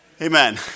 amen